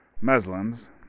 Muslims